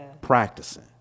Practicing